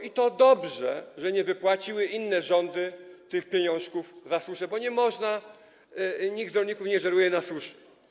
I to dobrze, że nie wypłaciły inne rządy tych pieniążków za suszę, bo nie można, nikt z rolników nie żeruje na suszy.